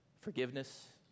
forgiveness